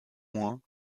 moins